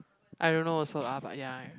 I don't know also lah but ya right